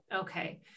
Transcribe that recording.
Okay